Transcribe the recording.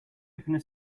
opened